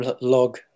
log